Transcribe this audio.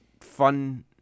fun